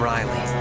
Riley